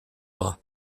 bras